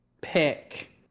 pick